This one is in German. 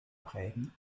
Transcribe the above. prägen